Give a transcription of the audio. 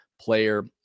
player